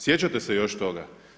Sjećate se još toga?